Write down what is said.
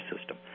system